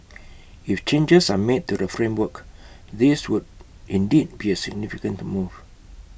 if changes are made to the framework this would indeed be A significant move